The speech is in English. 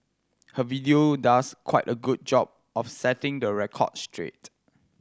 her video does quite a good job of setting the record straight